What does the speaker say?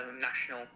national